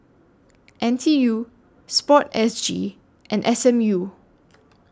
N T U Sport S G and S M U